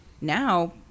now